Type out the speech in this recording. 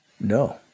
no